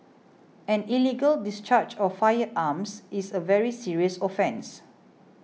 any illegal discharge of firearms is a very serious offence